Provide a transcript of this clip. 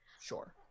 Sure